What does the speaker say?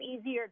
easier